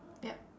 ya